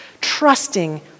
trusting